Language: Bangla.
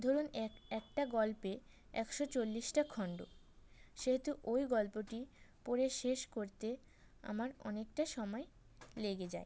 ধরুন এক একটা গল্পে একশো চল্লিশটা খণ্ড সেহেতু ওই গল্পটি পড়ে শেষ করতে আমার অনেকটা সময় লেগে যায়